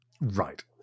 right